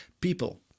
people